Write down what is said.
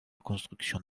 construction